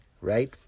right